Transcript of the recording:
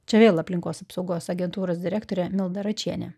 čia vėl aplinkos apsaugos agentūros direktorė milda račienė